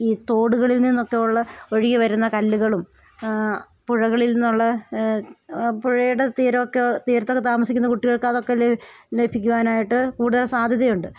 ഈ തോടുകളിൽ നിന്നൊക്കെ ഉള്ള ഒഴുകി വരുന്ന കല്ലുകളും പുഴകളിൽ നിന്നുള്ള പുഴയുടെ തീരമൊക്കെ തീരത്തൊക്കെ താമസിക്കുന്ന കുട്ടികൾക്കതൊക്കെ ലഭിക്കുവാനായിട്ട് കൂടുതൽ സാധ്യതയുണ്ട്